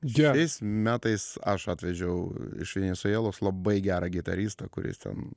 dvejais metais aš atvežiau iš venesuelos labai gerą gitaristą kuris ten